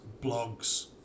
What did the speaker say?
blogs